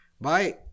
Bye